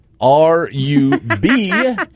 R-U-B